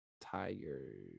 Tigers